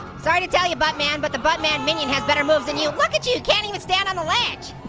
sorry to tell you, buttman. but the buttman mini has better moves than you. look at you, you can't even stand on the ledge.